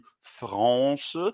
France